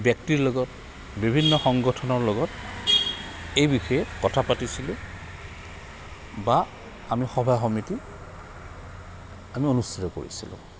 ব্যক্তিৰ লগত বিভিন্ন সংগঠনৰ লগত এই বিষয়ে কথা পাতিছিলোঁ বা আমি সভা সমিতি আমি অনুষ্ঠিত কৰিছিলোঁ